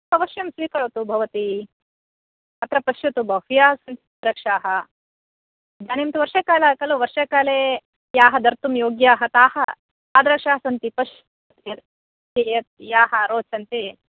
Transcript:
अवश्यं स्वीकरोतु भवति अत्र पश्यतु बह्व्यः रक्षकाः इदानीं वर्षकालः खलु वर्षकाले याः धर्तुं योग्याः ताः तादृशाः सन्ति पश्यतु यत् याः रोचन्ते